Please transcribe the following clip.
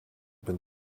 been